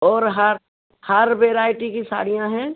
और हर हर वेराइटी की साड़ियाँ हैं